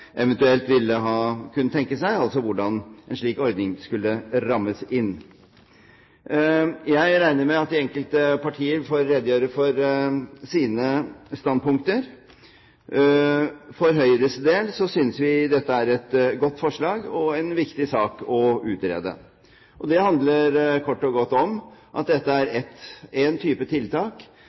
tenke seg, altså hvordan en slik ordning skulle rammes inn. Jeg regner med at de enkelte partier får redegjøre for sine standpunkter. For Høyres del synes vi dette er et godt forslag og en viktig sak å utrede. Det handler kort og godt om at dette er en type tiltak